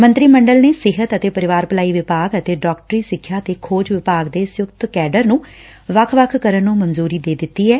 ਮੰਤਰੀ ਮੰਡਲ ਨੇ ਸਿਹਤ ਅਤੇ ਪਰਿਵਾਰ ਭਲਾਈ ਵਿਭਾਗ ਅਤੇ ਡਾਕਟਰੀ ਸਿੱਖਿਆ ਤੇ ਖੋਜ ਵਿਭਾਗ ਦੇ ਸੰਯੁਕਤ ਕੈਡਰ ਨੂੰ ਵੱਖ ਕਰਨ ਨੂੰ ਮਨਜੂਰੀ ਦੇ ਦਿੱਤੀ ਐ